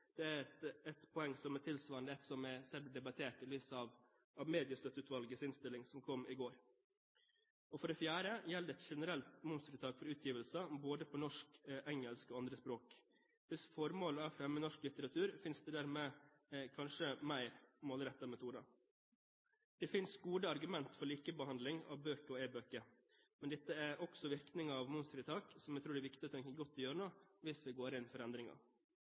Det er et poeng som er tilsvarende ett som er debattert i lys av Mediestøtteutvalgets innstilling som kom i går. For det fjerde gjelder et generelt momsfritak for utgivelser både på norsk, engelsk og andre språk. Hvis formålet er å fremme norsk litteratur, finnes det dermed kanskje mer målrettede metoder. Det finnes gode argumenter for likebehandling av bøker og e-bøker, men dette er også virkninger av momsfritak, som jeg tror det er viktig å tenke godt gjennom, hvis vi går inn for